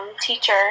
teacher